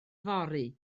fory